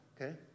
okay